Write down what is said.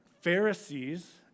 Pharisees